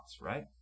right